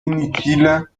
inutile